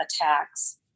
attacks